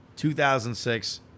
2006